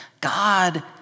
God